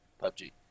PUBG